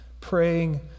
praying